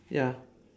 ya